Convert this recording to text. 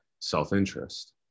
self-interest